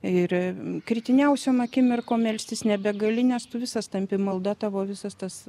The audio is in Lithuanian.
ir kritiniausiom akimirkom melstis nebegali nes tu visas tampi malda tavo visas tas